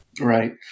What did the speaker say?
Right